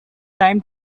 time